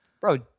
Bro